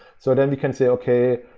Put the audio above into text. so then we can say, okay,